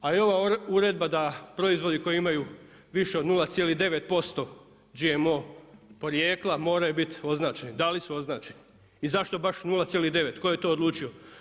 A evo Uredba da proizvodi koji imaju više od 0,9% GMO porijekla moraju biti označeni, da li su označeni i zašto baš 0,9, tko je to odlučio?